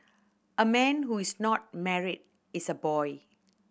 a man who is not married is a boy